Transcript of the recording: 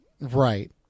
right